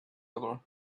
other